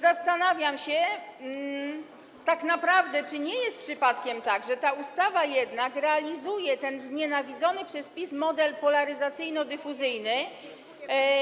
Zastanawiam się więc, czy nie jest przypadkiem tak, że ta ustawa jednak realizuje ten znienawidzony przez PiS model polaryzacyjno-dyfuzyjny.